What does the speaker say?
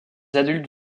adultes